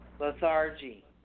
Lethargy